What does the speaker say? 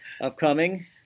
upcoming